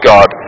God